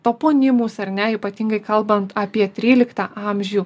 toponimus ar ne ypatingai kalbant apie tryliktą amžių